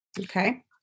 Okay